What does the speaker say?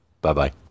Bye-bye